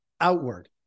outward